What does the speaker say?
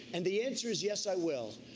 and the answer is yes, i will.